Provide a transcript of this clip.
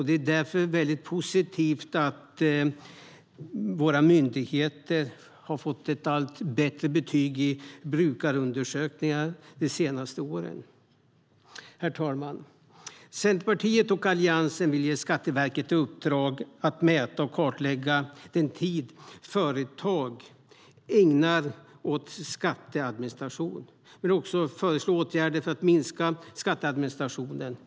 Det är därför väldigt positivt att våra myndigheter har fått ett allt bättre betyg i brukarundersökningar de senaste åren. Herr talman! Centerpartiet och Alliansen vill ge Skatteverket i uppdrag att mäta och kartlägga den tid företag ägnar åt skatteadministration och föreslå åtgärder för att minska skatteadministrationen.